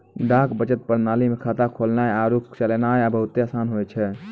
डाक बचत प्रणाली मे खाता खोलनाय आरु चलैनाय बहुते असान होय छै